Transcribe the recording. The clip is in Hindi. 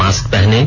मास्क पहनें